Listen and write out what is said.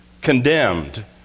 condemned